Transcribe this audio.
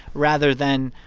rather than,